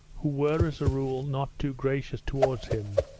who were as a rule not too gracious towards him,